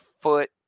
foot